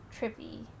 trippy